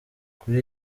kuri